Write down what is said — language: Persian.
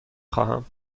خواهم